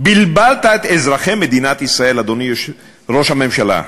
בלבלת את אזרחי מדינת ישראל, אדוני ראש הממשלה.